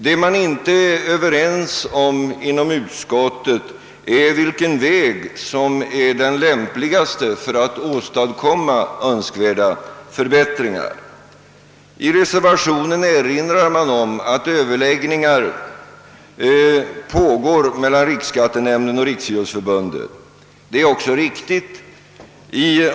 Det man inte kunnat enas om inom utskottet är vilken väg som är den lämpligaste för att åstadkomma önskvärda förbättringar. I reservationen erinrar man om att överläggningar pågår mellan riksskattenämnden och Riksidrottsförbundet. Det är också riktigt.